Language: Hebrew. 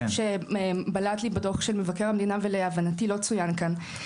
משהו שבלט לי בדוח של מבקר המדינה ולהבנתי לא צוין כאן,